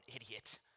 idiot